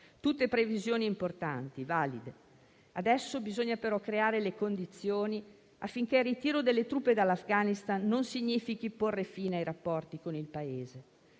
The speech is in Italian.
tutte previsioni importanti e valide. Adesso bisogna però creare le condizioni affinché il ritiro delle truppe dall'Afghanistan non significhi porre fine ai rapporti con il Paese.